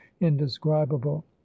indescribable